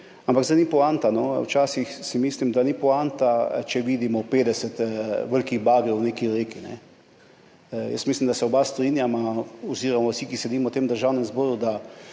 Ampak to ni poanta, včasih si mislim, da ni poanta, če vidimo 50 velikih bagrov v neki reki. Jaz mislim, da se oba oziroma vsi, ki sedimo v Državnem zboru,